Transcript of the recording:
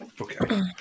Okay